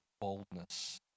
boldness